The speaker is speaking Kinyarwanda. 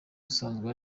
usanzwe